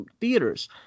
theaters